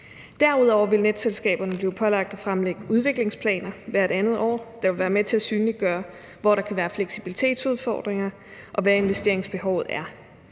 Derudover vil netselskaberne blive pålagt at fremlægge udviklingsplaner hvert andet år, der vil være med til at synliggøre, hvor der kan være fleksibilitetsudfordringer, og hvad investeringsbehovet er.